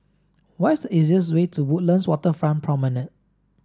what's easiest way to Woodlands Waterfront Promenade